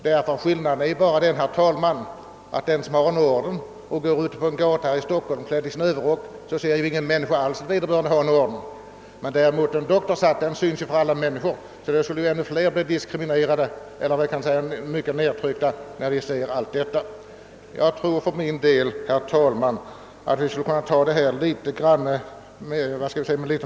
Om en person som har en sådan går ut på gatan ser ingen människa detta, men doktorshatten ser alla och då skulle ju ännu fler bli diskriminerade eller nertryckta när de ser allt detta! Jag tror för min del, herr talman, att vi skulle kunna ta den här saken med ro.